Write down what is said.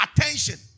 Attention